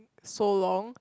so long